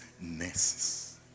nurses